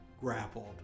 grappled